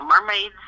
mermaids